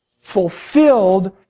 fulfilled